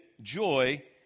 joy